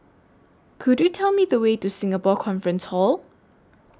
Could YOU Tell Me The Way to Singapore Conference Hall